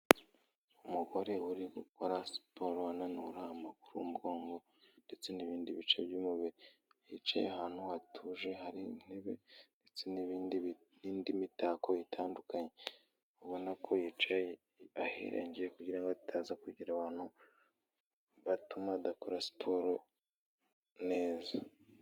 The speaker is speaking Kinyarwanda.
Umugore uri gukora siporo ananura amaguru, umugongo ndetse n'ibindi bice by'umubiri, yicaye ahantu hatuje hari intebe ndetse n'indi mitako itandukanye, ubona ko yicaye ahirengeye kugira ngo ataza kugira abantu batuma adakora siporo neza.